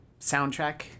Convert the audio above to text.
soundtrack